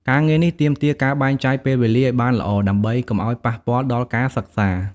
ការងារនេះទាមទារការបែងចែកពេលវេលាឲ្យបានល្អ ដើម្បីកុំឲ្យប៉ះពាល់ដល់ការសិក្សា។